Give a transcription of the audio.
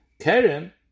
Karen